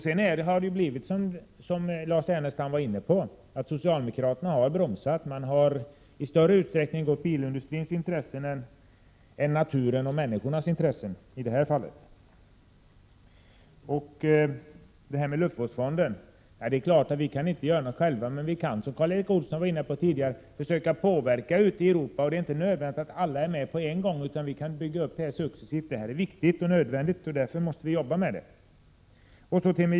Som Lars Ernestam sade. har socialdemokraterna bromsat och i större utsträckning gått bilindustrins intressen än naturens och människornas intressen i det här fallet. När det gäller luftvårdsfonden är det riktigt att vi inte kan göra det helt själva, men vi kan, som Karl Erik Olsson anförde, påverka länderna i Europa. Det är inte nödvändigt att alla är med på en gång. Vi kan jobba successivt. Detta är viktigt och nödvändigt och därför måste vi jobba med det.